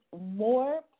more